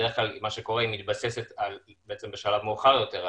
בדרך כלל היא מתבססת בשלב מאוחר יותר,